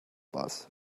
bus